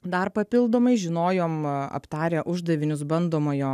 dar papildomai žinojom aptarę uždavinius bandomojo